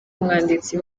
umwanditsi